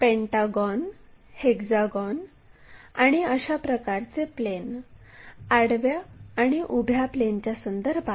d हे VP च्या समोर 15 मिमी अंतरावर आहे आणि तो HP प्लेनच्या वर आहे